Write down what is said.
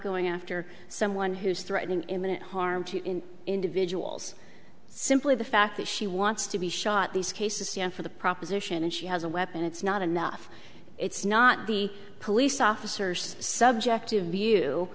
going after someone who's threatening imminent harm to individuals simply the fact that she wants to be shot these cases for the proposition and she has a weapon it's not enough it's not the police officers subjective view